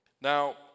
Now